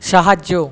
সাহায্য